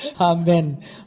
Amen